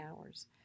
hours